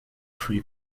free